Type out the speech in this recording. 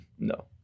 No